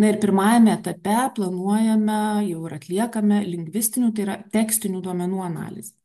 na ir pirmajame etape planuojame jau ir atliekame lingvistinių tai yra tekstinių duomenų analizę